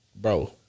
Bro